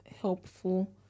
helpful